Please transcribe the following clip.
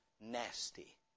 nasty